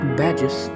badges